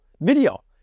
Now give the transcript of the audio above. video